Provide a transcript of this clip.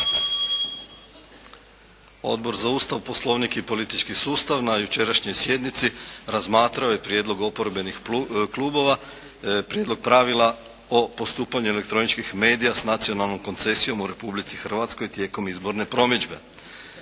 Odbor za Ustav, poslovnik i politički sustav na jučerašnjoj sjednici razmatrao je prijedlog oporbenih klubova, prijedlog pravila o postupanju elektroničkih medija sa nacionalnom koncesijom u Republici Hrvatskoj tijekom izborne promidžbe.